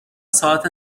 ساعت